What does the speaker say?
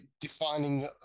defining